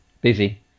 Busy